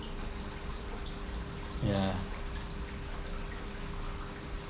ya